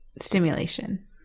stimulation